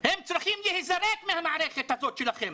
הם צריכים להיזרק מהמערכת הזאת שלכם.